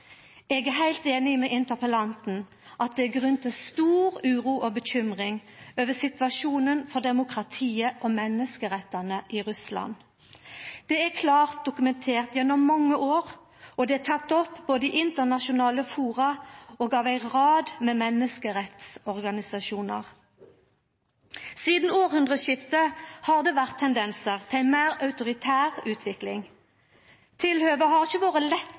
Eg er heilt einig med interpellanten i at det er grunn til stor uro og bekymring over situasjonen for demokratiet og menneskerettane i Russland. Det er klart dokumentert gjennom mange år, og det er teke opp både i internasjonale fora og av ei rad menneskerettsorganisasjonar. Sidan hundreårskiftet har det vore tendensar til ei meir autoritær utvikling. Tilhøva har ikkje vore